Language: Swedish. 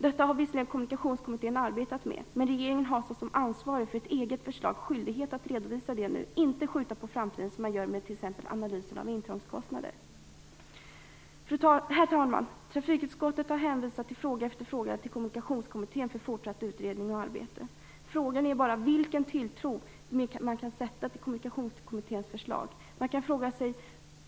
Detta har visserligen Kommunikationskommittén arbetat med. Men regeringen har såsom ansvarig för sitt eget förslag en skyldighet att redovisa detta nu och inte skjuta det på framtiden, som man t.ex. gör med analysen av intrångskostnader. Herr talman! Trafikutskottet har i fråga efter fråga hänvisat till Kommunikationskommittén för fortsatt utredning och arbete. Frågan är bara vilken tilltro man kan sätta till Kommunikationskommitténs förslag.